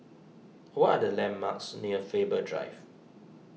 what are the landmarks near Faber Drive